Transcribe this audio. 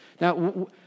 Now